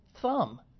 thumb